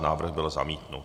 Návrh byl zamítnut.